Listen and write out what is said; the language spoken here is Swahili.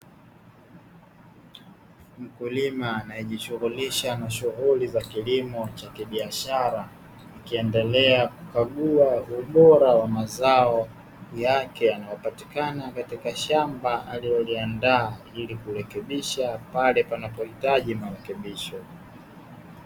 Mkulima anayejishughulisha na kilimo cha kibiashara, akiendelea kukagua ubora wa mazao yake yanayopatikana katika shamba aliloliandaa ili kurekebisha pale panapohitaji marekebisho.